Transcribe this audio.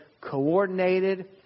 coordinated